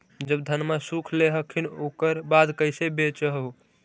जब धनमा सुख ले हखिन उकर बाद कैसे बेच हो?